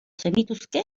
zenituzke